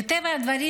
מטבע הדברים,